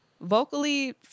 Vocally